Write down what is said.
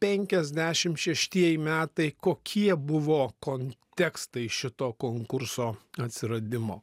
penkiasdešim šeštieji metai kokie buvo kontekstai šito konkurso atsiradimo